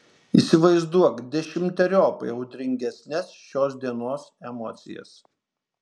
įsivaizduok dešimteriopai audringesnes šios dienos emocijas